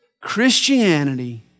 Christianity